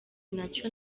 nacyo